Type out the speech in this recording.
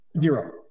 Zero